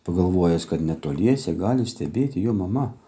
pagalvojęs kad netoliese gali stebėti jo mama